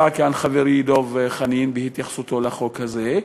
כאן חברי דב חנין בהתייחסותו לחוק הזה,